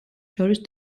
შორის